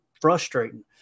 frustrating